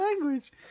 language